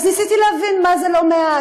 אז ניסיתי להבין מה זה "לא מעט".